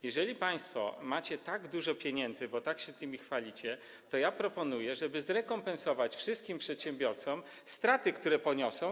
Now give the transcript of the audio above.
Jeżeli państwo macie tak dużo pieniędzy, a tak się chwalicie, to proponuję, żeby zrekompensować wszystkim przedsiębiorcom straty, które poniosą.